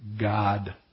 God